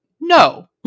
No